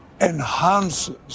enhances